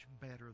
better